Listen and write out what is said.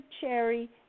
Cherry